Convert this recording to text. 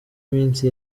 iminsi